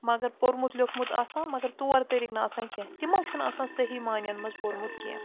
مگر پوٚرمُت لیوٚکھمُت آسان مگر طور طریٖقہٕ نہٕ آسان کیٚنٛہہ تِمو چھُنہٕ آسان صحیح معنی یَن منٛز پوٚرمُت کیٚنٛہہ